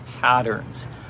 patterns